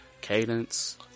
Cadence